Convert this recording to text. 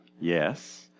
yes